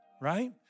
right